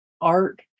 art